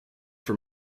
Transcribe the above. from